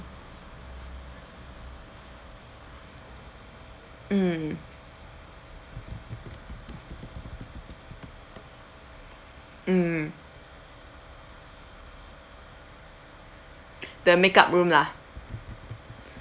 mm mm the makeup room lah